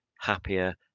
happier